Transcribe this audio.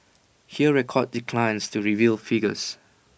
Hear records declines to reveal figures